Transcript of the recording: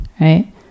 Right